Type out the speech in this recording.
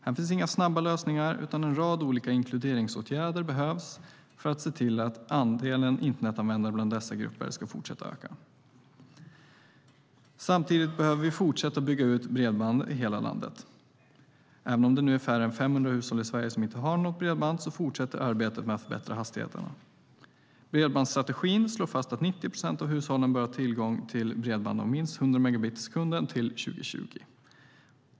Här finns inga snabba lösningar, utan en rad olika inkluderingsåtgärder behövs för att se till att andelen internetanvändare bland dessa grupper ska fortsätta att öka. Samtidigt behöver vi fortsätta att bygga ut bredband i hela landet. Även om det nu är färre än 500 hushåll i Sverige som inte har något bredband fortsätter arbetet med att förbättra hastigheterna. Bredbandsstrategin slår fast att 90 procent av hushållen bör ha tillgång till bredband om minst 100 megabit i sekunden till 2020.